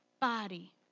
body